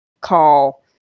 call